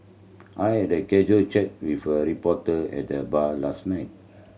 I had a casual chat with a reporter at the bar last night